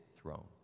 throne